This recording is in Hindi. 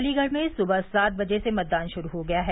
अलीगढ़ में सुबह सात बजे से मतदान शुरू हो गया है